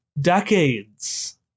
decades